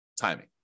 timing